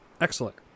Excellent